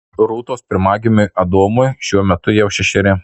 rūtos pirmagimiui adomui šiuo metu jau šešeri